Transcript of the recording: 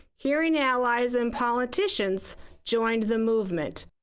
hearing allies, and politicians joined the movement.